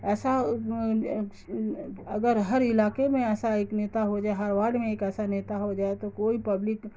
ایسا اگر ہر علاقے میں ایسا ایک نیتا ہو جائے ہر واڈ میں ایک ایسا نیتا ہو جائے تو کوئی پبلک